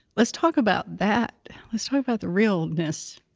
let's talk about that. let's talk about the realness.